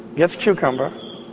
gets cucumber,